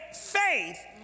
faith